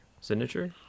signature